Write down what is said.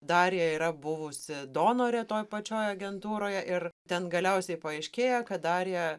darija yra buvusi donorė toj pačioj agentūroj ir ten galiausiai paaiškėja kad darija